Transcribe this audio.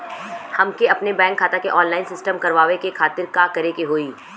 हमके अपने बैंक खाता के ऑनलाइन सिस्टम करवावे के खातिर का करे के होई?